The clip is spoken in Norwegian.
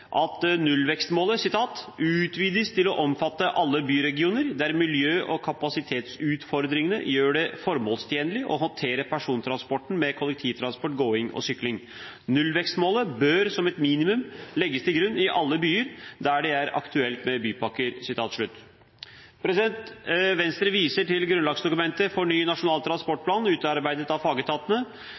at nullvekstmålet «utvides til å omfatte alle byregioner der miljø og kapasitetsutfordringene gjør det formålstjenlig å håndtere persontransporten med kollektivtransport, gåing og sykling. Nullvekstmålet bør som et minimum legges til grunn i alle byer der det er aktuelt med bypakker.» Venstre viser til grunnlagsdokumentet for ny nasjonal transportplan, utarbeidet av fagetatene,